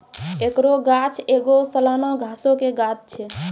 एकरो गाछ एगो सलाना घासो के गाछ छै